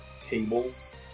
tables